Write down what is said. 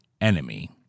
enemy